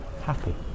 happy